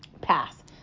Pass